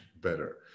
better